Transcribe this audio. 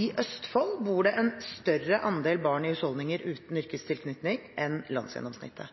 I Østfold bor det en større andel barn i husholdninger uten yrkestilknytning enn landsgjennomsnittet.